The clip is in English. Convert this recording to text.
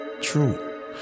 True